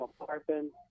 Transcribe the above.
apartment